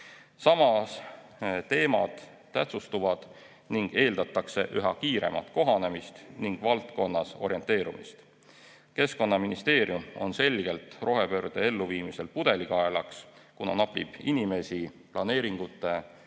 need teemad tähtsustuvad ning eeldatakse üha kiiremat kohanemist ning valdkonnas orienteerumist. Keskkonnaministeerium on rohepöörde elluviimisel selgelt pudelikaelaks, kuna napib inimesi planeeringute,